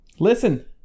Listen